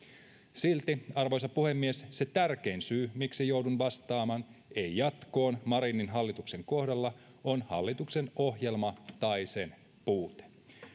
silti arvoisa puhemies se tärkein syy miksi joudun vastaamaan ei jatkoon marinin hallituksen kohdalla on hallituksen ohjelma tai sen puute